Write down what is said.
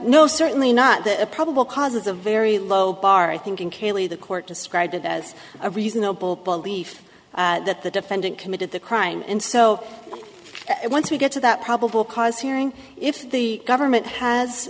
no certainly not a probable cause is a very low bar i think and cayley the court described it as a reasonable belief that the defendant committed the crime and so once we get to that probable cause hearing if the government has